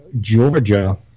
Georgia